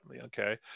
okay